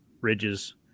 ridges